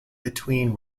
between